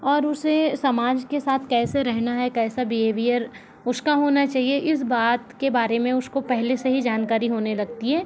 और उसे समाज के साथ कैसे रहना है कैसे बिहेवियर उसका होना चाहिए इस बात के बारे में उसको पहले से ही जानकारी होने लगती है